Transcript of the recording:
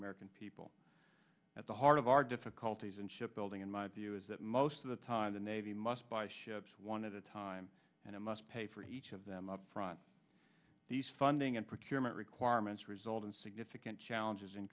american people at the heart of our difficulties and shipbuilding in my view is that most of the time the navy must buy ships one at a time and it must pay for each of them up front these funding and procurement requirements result in significant challenges in